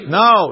no